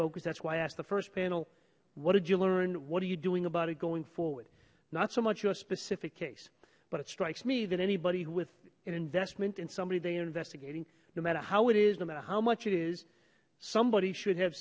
focus that's why i asked the first panel what did you learn what are you doing about it going forward not so much your specific case but it strikes me than anybody with an investment and somebody they are investigating no matter how it is and how much it is somebody should have